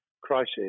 crisis